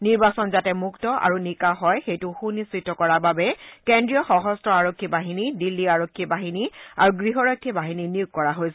নিৰ্বাচন যাতে মুক্ত আৰু নিকা হয় সেইটো সুনিশ্চিত কৰাৰ বাবে কেজ্ৰীয় সশস্ত্ৰ আৰক্ষী বাহিনী দিল্লী আৰক্ষী বাহিনী আৰু গৃহৰক্ষী বাহিনী নিয়োগ কৰা হৈছে